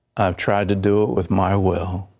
tried to do with my will